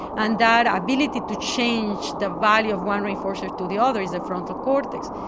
and that ability to change the value of one reinforcer to the other is the frontal cortex.